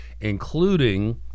including